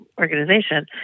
organization